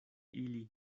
ili